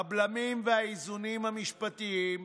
הבלמים והאיזונים המשפטיים,